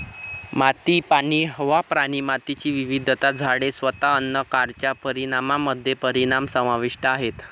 माती, पाणी, हवा, प्राणी, मातीची विविधता, झाडे, स्वतः अन्न कारच्या परिणामामध्ये परिणाम समाविष्ट आहेत